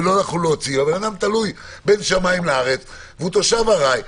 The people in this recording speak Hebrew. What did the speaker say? ולא יכלו להוציא - האדם תלוי בין שמיים וארץ והוא תושב ארעי.